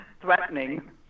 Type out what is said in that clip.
threatening